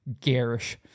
garish